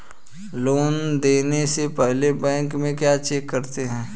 Loan देने से पहले बैंक में क्या चेक करते हैं?